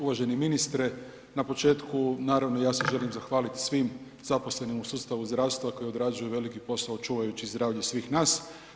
Uvaženi ministre, na početku naravno ja se želim zahvalit svim zaposlenim u sustavu zdravstva koji odrađuju veliki posao čuvajući zdravlje svih nas.